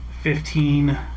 Fifteen